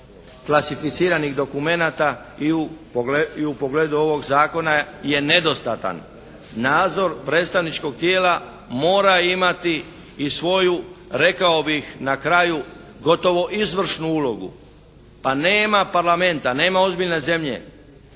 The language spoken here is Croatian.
klasificiranih dokumenata i u pogledu ovog zakona je nedostatan. Nadzor predstavničkog tijela mora imati i svoju rekao bih na kraju gotovo izvršnu ulogu. Pa nema Parlamenta, nema ozbiljne zemlje